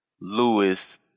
Lewis